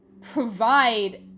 provide